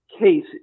case